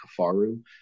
Kafaru